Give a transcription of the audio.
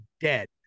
dead